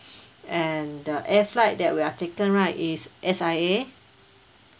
and the air flight that we are taken right is S_I_A